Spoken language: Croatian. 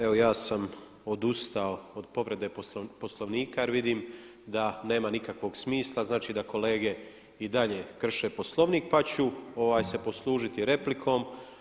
Evo ja sam odustao od povrede Poslovnika jer vidim da nema nikakvog smisla, znači da kolege i dalje krše Poslovnik pa ću se poslužiti replikom.